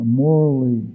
morally